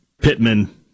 Pittman